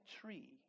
tree